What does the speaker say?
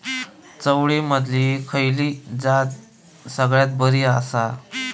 चवळीमधली खयली जात सगळ्यात बरी आसा?